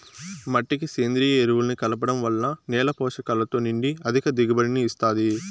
మట్టికి సేంద్రీయ ఎరువులను కలపడం వల్ల నేల పోషకాలతో నిండి అధిక దిగుబడిని ఇస్తాది